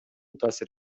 таасир